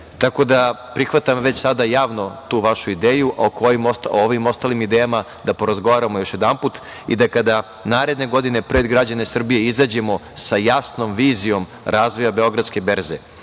sugrađane. Prihvatam već sada javno tu vašu ideju, a o ostalim idejama da porazgovaramo još jednom i da naredne godine pred građane Srbije izađemo sa jasnom vizijom razvoja Beogradske berze,